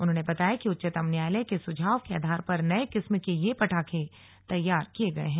उन्होंने बताया कि उच्चतम न्यायालय के सुझाव के आधार पर नए किस्म के ये पटाखें तैयार किये गए हैं